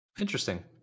Interesting